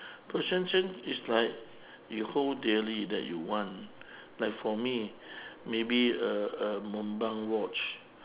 possession is like you hold dearly that you want like for me maybe a a montblanc watch